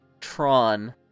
Tron